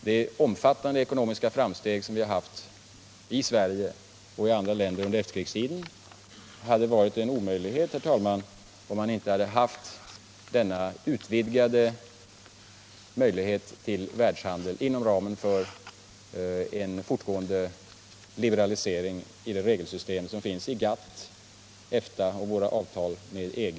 De omfattande ekonomiska framsteg som vi har gjort i Sverige och andra länder under efterkrigstiden hade varit omöjliga, herr talman, om man inte hade haft denna utvidgade möjlighet till världshandel inom ramen för en fort gående liberalisering i det regelsystem som finns i GATT, EFTA och våra avtal med EG.